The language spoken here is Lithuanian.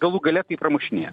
galų gale tai pramušinėja